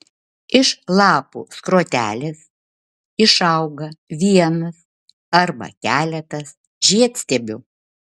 iš lapų skrotelės išauga vienas arba keletas žiedstiebių